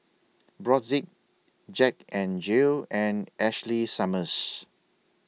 Brotzeit Jack N Jill and Ashley Summers